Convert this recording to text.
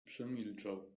przemilczał